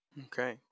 Okay